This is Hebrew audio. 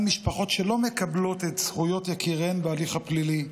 משפחות שלא מקבלות את זכויות יקיריהן בהליך הפלילי,